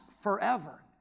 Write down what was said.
forever